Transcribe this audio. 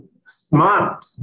smart